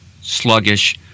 sluggish